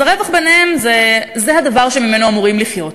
אז הרווח ביניהם זה הדבר שממנו אמורים לחיות.